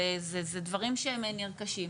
אלה דברים שהם נרכשים.